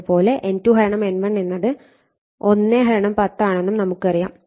അതുപോലെ N2 N1 എന്നത് 110 ആണെന്നും നമുക്കറിയാം